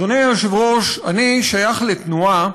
אדוני היושב-ראש, אני שייך לתנועה